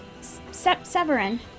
Severin